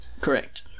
Correct